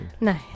No